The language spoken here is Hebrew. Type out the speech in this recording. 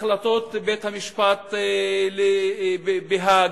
החלטות בית-המשפט בהאג,